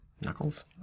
knuckles